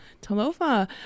Talofa